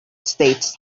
states